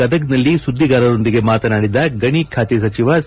ಗದಗದಲ್ಲಿ ಸುದ್ದಿಗಾರರೊಂದಿಗೆ ಮಾತನಾಡಿದ ಗಣಿ ಖಾತೆ ಸಚಿವ ಸಿ